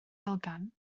elgan